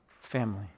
family